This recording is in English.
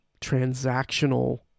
transactional